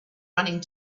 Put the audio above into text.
running